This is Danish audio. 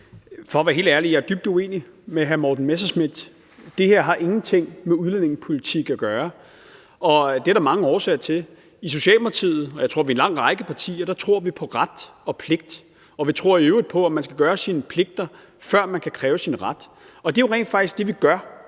For at være helt ærlig er jeg dybt uenig med hr. Morten Messerschmidt. Det her har ingenting med udlændingepolitik at gøre, og det er der mange årsager til. I Socialdemokratiet – og jeg tror, det gælder en lang række partier – tror vi på ret og pligt, og vi tror i øvrigt på, at man skal gøre sine pligter, før man kan kræve sin ret. Det er jo rent faktisk det, vi gør,